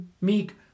Meek